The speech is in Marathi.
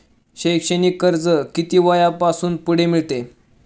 शैक्षणिक कर्ज किती वयापासून पुढे मिळते?